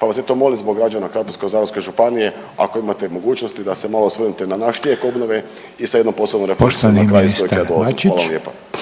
pa vas eto molim zbog građana Krapinsko-zagorske županije ako imate mogućnosti da se malo osvrnete na naš tijek obnove i sa jednom posebnom …/Govornik se ne razumije./…